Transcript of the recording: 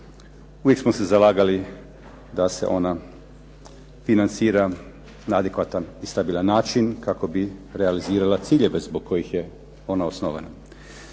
uvijek smo se zalagali da se ona financira na adekvatan i stabilan način kako bi realizirala ciljeve zbog kojih je ona osnovana.